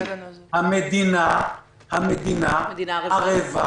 המדינה ערבה